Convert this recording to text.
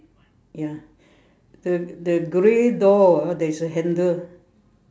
ya the the grey door there is a handle